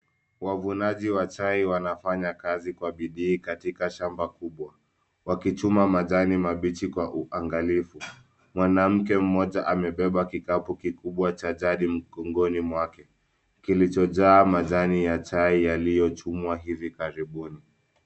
Wavunaji wa chai wanafanya kazi kwa bidii katika shamba kubwa wakichuma majani mabichi kwa uangalifu. Mwanamke mmoja amebeba kikapu kikubwa cha jadi mgongoni mwake kilichojaa majani ya chai yaliyochumwa hivi karibuni.